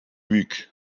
büyük